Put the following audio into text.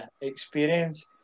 experience